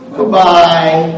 Goodbye